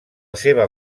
seva